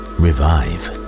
revive